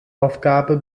aufgabe